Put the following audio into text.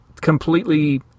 completely